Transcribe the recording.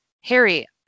Harry